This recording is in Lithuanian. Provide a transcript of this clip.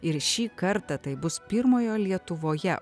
ir šį kartą tai bus pirmojo lietuvoje